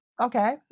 Okay